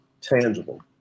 tangible